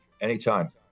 anytime